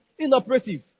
inoperative